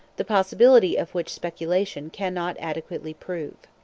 the possibility of which speculation cannot adequately prove.